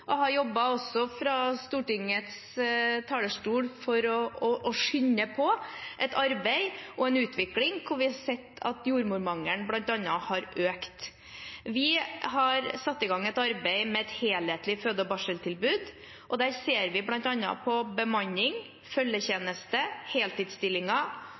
og har også jobbet fra Stortingets talerstol for å skynde på et arbeid og en utvikling hvor vi har sett at bl.a. jordmormangelen har økt. Vi har satt i gang et arbeid med et helhetlig føde- og barseltilbud, og der ser vi bl.a. på bemanning, følgetjeneste, heltidsstillinger